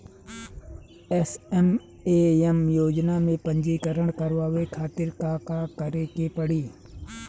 SMAM योजना में पंजीकरण करावे खातिर का का करे के पड़ी?